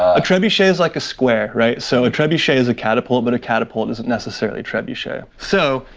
a trebuchet is like a square, right? so, a trebuchet is a catapult, but a catapult isn't necessarily trebuchet. so,